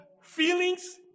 feelings